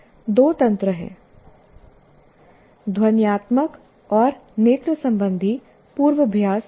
दो तंत्र हैं ध्वन्यात्मक और नेत्र संबंधी पूर्वाभ्यास लूप